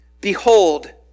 behold